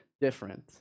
different